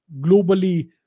globally